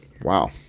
Wow